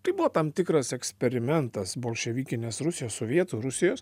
tai buvo tam tikras eksperimentas bolševikinės rusijos sovietų rusijos